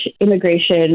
immigration